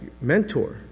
mentor